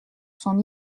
son